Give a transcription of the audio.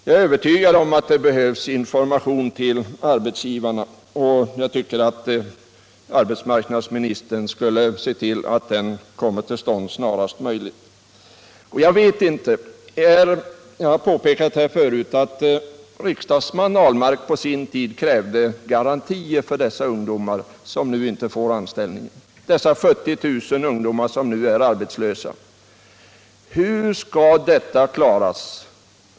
Jag är övertygad om att det behövs information till arbetsgivarna, och jag tycker att arbetsmarknadsministern skulle se till att sådan information kommer till stånd snarast möjligt. Det har påpekats att riksdagsmannen Ahlmark på sin tid krävde garantier för dessa ungdomar som nu inte får anställning — dessa 70 000 ungdomar som är arbetslösa. Hur skall detta klaras?